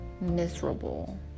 miserable